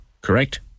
Correct